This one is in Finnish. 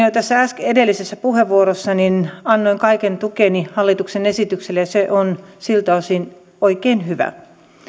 jo edellisessä puheenvuorossani annoin kaiken tukeni hallituksen esitykselle ja se on siltä osin oikein hyvä